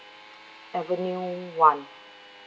avenue one